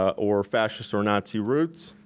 ah or fascist or nazi roots.